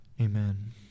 Amen